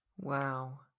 Wow